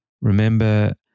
Remember